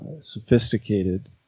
sophisticated